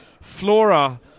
Flora